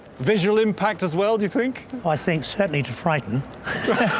visual impact as well, do you think? i think certainly to frighten